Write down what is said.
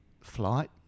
flight